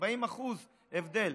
40% הבדל.